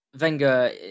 Wenger